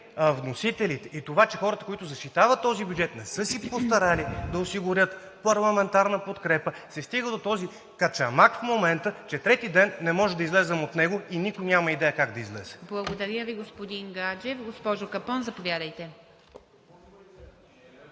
вносителите и това, че хората, които защитават този бюджет, не са се постарали да осигурят парламентарна подкрепа, се стига до този качамак в момента, че трети ден не можем да излезем от него и никой няма идея как да излезе. ПРЕДСЕДАТЕЛ ИВА МИТЕВА: Благодаря Ви, господин Гаджев. Госпожо Капон, заповядайте.